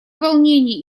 волнений